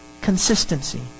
consistency